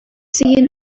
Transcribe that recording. seen